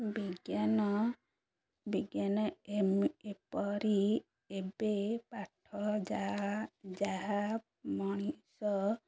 ବିଜ୍ଞାନ ବିଜ୍ଞାନ ଏପରି ଏବେ ପାଠ ଯାହା ଯାହା ମଣିଷ